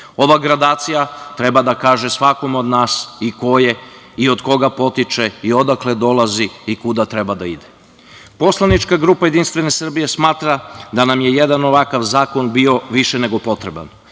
Ova gradacija treba da kaže svakome od nas ko je i od koga potiče i odakle dolazi i kuda treba da ide. Poslanička grupa JS smatra da nam je jedan ovakav zakon bio više nego potreban,